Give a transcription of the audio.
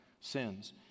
sins